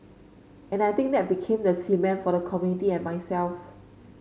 and I think that became the cement for the community and myself